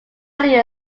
italian